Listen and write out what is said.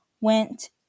went